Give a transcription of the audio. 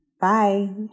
bye